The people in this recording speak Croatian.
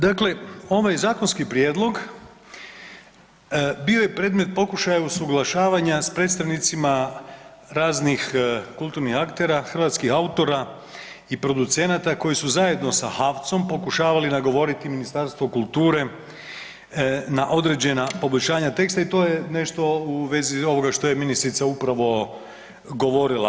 Dakle, ovaj zakonski prijedlog bio je predmet pokušaja usuglašavanja s predstavnicima raznih kulturnih aktera hrvatskih autora i producenata koji su zajedno sa HAVC-om pokušavali nagovoriti Ministarstvo kulture na određena poboljšanja teksta i to je nešto u vezi ovoga što je ministrica upravo govorila.